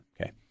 Okay